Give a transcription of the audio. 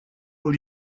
will